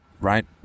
Right